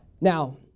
Now